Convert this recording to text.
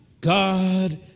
God